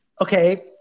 Okay